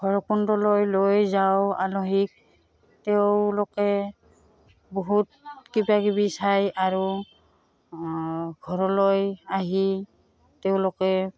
ভৈৰৱকুণ্ডলৈ লৈ যাওঁ আলহীক তেওঁলোকে বহুত কিবা কিবি চায় আৰু ঘৰলৈ আহি তেওঁলোকে